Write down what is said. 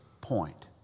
point